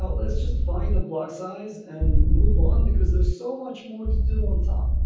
ah let's just find a block size and move on because there is so much more to do on top.